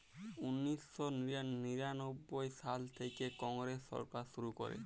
উনিশ শ নিরানব্বই সাল থ্যাইকে কংগ্রেস সরকার শুরু ক্যরে